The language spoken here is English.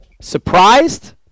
surprised